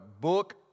book